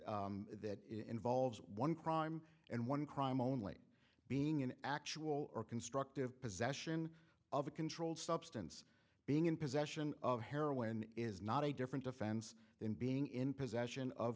that involves one crime and one crime only being an actual or constructive possession of a controlled substance being in possession of heroin is not a different offense than being in possession of